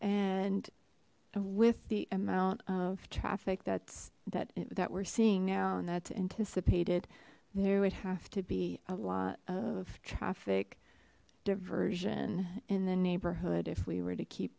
and with the amount of traffic that's that that we're seeing now and that's anticipated there would have to be a lot of traffic diversion in the neighborhood if we were to keep